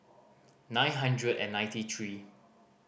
nine hundred and ninety three